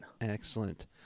excellent